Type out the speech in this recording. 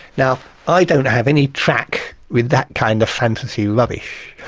now i don't have any truck with that kind of fantasy rubbish,